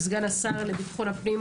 סגן השר לביטחון הפנים,